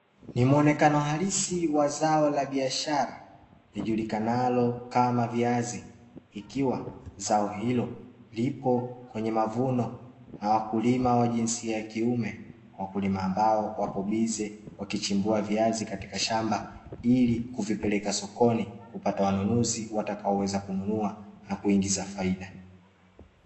Ni muonekano halisi wa zao la biashara lijulikanalo kama viazi, ikiwa zao hilo lipo kwenye mavuno na wakulima wa jinsi ya kiume, wakulima ambao wapo bize wakichimbua viazi katika shamba ili kuvipeleka sokoni kupata wanunuzi watakaoweza kununua na kuingiza faida.